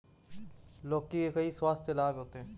लौकी के कई स्वास्थ्य लाभ होते हैं